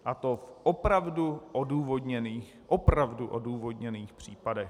A to v opravdu odůvodněných, opravdu odůvodněných případech.